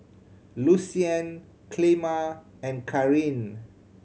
Lucian Clemma and Carin